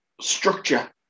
structure